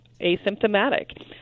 asymptomatic